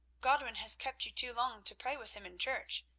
godwin has kept you too long to pray with him in church.